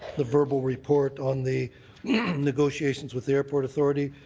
the verbal report on the negotiations with the airport authority,